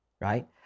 right